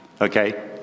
okay